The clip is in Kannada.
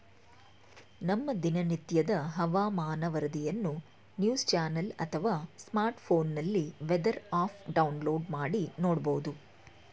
ನಮ್ಮ ದಿನನಿತ್ಯದ ಹವಾಮಾನ ವರದಿಯನ್ನು ನ್ಯೂಸ್ ಚಾನೆಲ್ ಅಥವಾ ಸ್ಮಾರ್ಟ್ಫೋನ್ನಲ್ಲಿ ವೆದರ್ ಆಪ್ ಡೌನ್ಲೋಡ್ ಮಾಡಿ ನೋಡ್ಬೋದು